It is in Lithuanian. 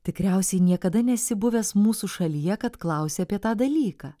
tikriausiai niekada nesi buvęs mūsų šalyje kad klausi apie tą dalyką